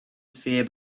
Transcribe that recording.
fear